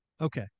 Okay